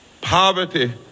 Poverty